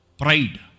Pride